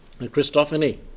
Christophany